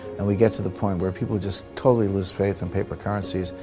and we get to the point where people just totally lose faith in paper currencies,